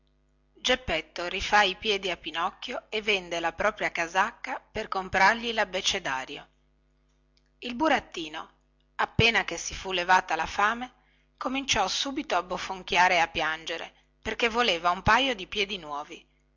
geppetto rifà i piedi a pinocchio e vende la propria casacca per comprargli labbecedario il burattino appena che si fu levata la fame cominciò subito a bofonchiare e a piangere perché voleva un paio di piedi nuovi